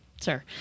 sir